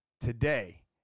today